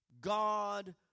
God